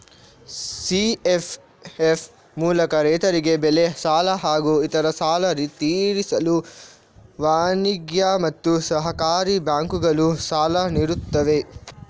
CFF ಮೂಲಕ ರೈತರಿಗೆ ಬೆಳೆ ಸಾಲ ಹಾಗೂ ಇತರೆ ಸಾಲ ತೀರಿಸಲು ವಾಣಿಜ್ಯ ಮತ್ತು ಸಹಕಾರಿ ಬ್ಯಾಂಕುಗಳು ಸಾಲ ನೀಡುತ್ತವೆ